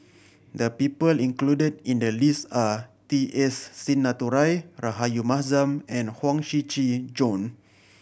the people included in the list are T S Sinnathuray Rahayu Mahzam and Huang Shiqi Joan